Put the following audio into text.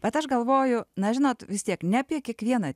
bet aš galvoju na žinot vis tiek ne apie kiekvieną